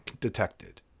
detected